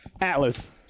Atlas